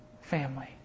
family